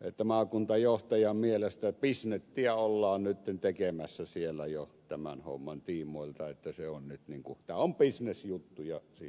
että maakuntajohtajan mielestä bisnettiä ollaan nyt tekemässä siellä jo tämän homman tiimoilta että se on nyt niin kuin bisnesjuttu ja sillä siisti